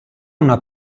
una